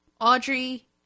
Audrey